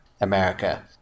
America